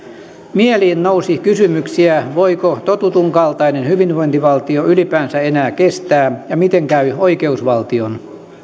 mieleen nousi kysymyksiä voiko totutun kaltainen hyvinvointivaltio ylipäänsä enää kestää ja miten käy oikeusvaltion